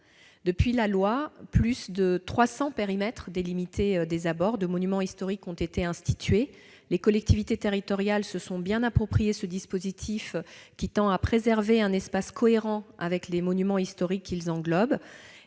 de la loi, plus de 300 PDA de monuments historiques ont été institués. Les collectivités territoriales se sont bien approprié ce dispositif, qui tend à préserver un espace cohérent avec les monuments historiques qu'ils englobent.